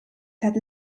that